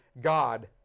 God